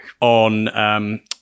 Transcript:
on